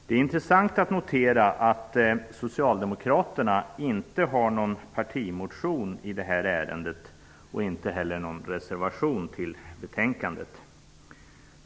Det är intressant att notera att socialdemokraterna inte har någon partimotion i det här ärendent, inte heller någon reservation till betänkandet.